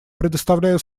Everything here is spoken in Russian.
предоставляю